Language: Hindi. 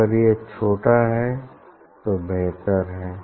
अगर यह छोटा है तो बेहतर है